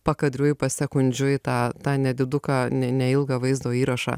pakadriui pasekundžiui tą tą nediduką ne neilgą vaizdo įrašą